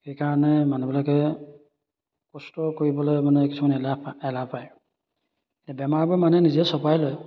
সেইকাৰণে মানুহবিলাকে কষ্ট কৰিবলৈ মানে কিছুমান এলাহ এলাহ পায় এ বেমাৰবোৰ মানুহে নিজে চপাই লয়